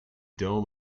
dome